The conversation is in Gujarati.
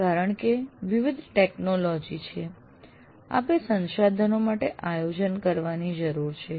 કારણ કે વિવિધ ટેકનોલોજી છે આપે સંસાધનો માટે આયોજન કરવાની જરૂર છે